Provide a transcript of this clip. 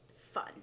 fun